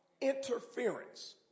interference